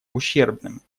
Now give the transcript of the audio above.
ущербным